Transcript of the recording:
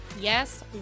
Yes